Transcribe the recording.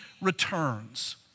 returns